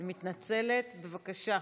אני מתנצלת, בבקשה.